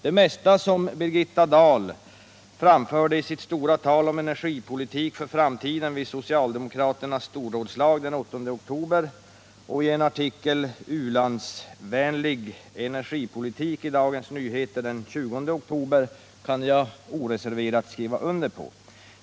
Det mesta som Birgitta Dahl anförde i sitt stora tal om energipolitik för framtiden vid socialdemokraternas storrådslag den 8 oktober och i en artikel, ”U-landsvänlig energipolitik”, i Dagens Nyheter den 20 oktober kan jag oreserverat skriva under på.